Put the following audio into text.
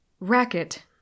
Racket